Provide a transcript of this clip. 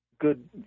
good